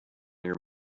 your